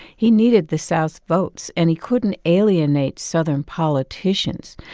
he needed the south's votes, and he couldn't alienate southern politicians.